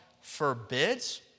forbids